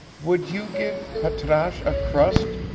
would you give patrasche a crust?